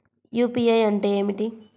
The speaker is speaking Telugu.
యూ.పీ.ఐ అంటే ఏమిటి?